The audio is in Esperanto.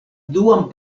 duan